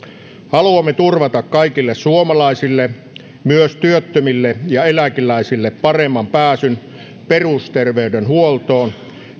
haluamme turvata kaikille suomalaisille myös työttömille ja eläkeläisille paremman pääsyn perusterveydenhuoltoon